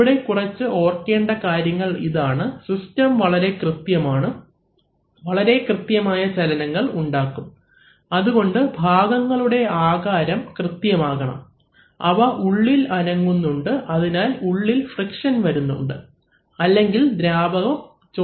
ഇവിടെ കുറച്ച് ഓർക്കേണ്ട കാര്യങ്ങൾ ഇതാണ് സിസ്റ്റം വളരെ കൃത്യമാണ് വളരെ കൃത്യമായ ചലനങ്ങൾ ഉണ്ടാകും അതുകൊണ്ട് ഭാഗങ്ങളുടെ ആകാരം കൃത്യം ആകണം അവ ഉള്ളിൽ അനങ്ങുന്നുണ്ട് അതിനാൽ ഉള്ളിൽ ഫ്രിക്ഷൻ വരുന്നുണ്ട് അല്ലെങ്കിൽ ദ്രാവകം ചോർന്നു പോകും